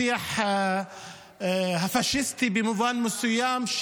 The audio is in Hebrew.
השיח הפשיסטי במובן מסוים,